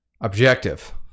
objective